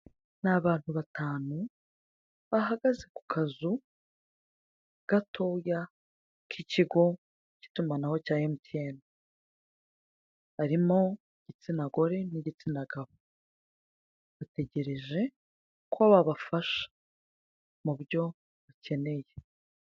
Ni abantu batanu, bahagaze ku kazu gatoya, k'ikigo cy'itumanaho cya emutiyeni. Barimo igitsina gore n'igitsina gabo. Bategereje ko babafasha. Mu byo bakeneye.